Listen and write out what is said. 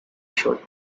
short